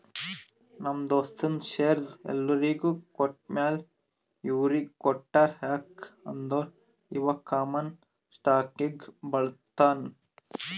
ನಮ್ ದೋಸ್ತಗ್ ಶೇರ್ದು ಎಲ್ಲೊರಿಗ್ ಕೊಟ್ಟಮ್ಯಾಲ ಇವ್ನಿಗ್ ಕೊಟ್ಟಾರ್ ಯಾಕ್ ಅಂದುರ್ ಇವಾ ಕಾಮನ್ ಸ್ಟಾಕ್ನಾಗ್ ಬರ್ತಾನ್